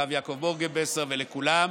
הרב יעקב מורגנוסר ולכולם,